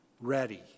ready